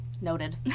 Noted